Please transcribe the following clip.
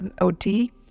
OT